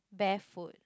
barefoot